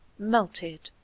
melted.